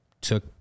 took